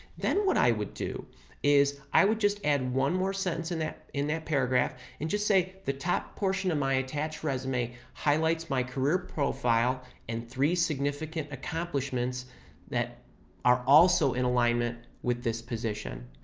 then what i would do is i would just add one more sentence in that in that paragraph, and just say the top portion of my attached resume highlights my career profile and three significant accomplishments that are also in alignment with this position.